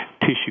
tissue